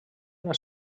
una